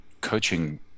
coaching